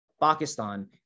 Pakistan